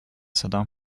saddam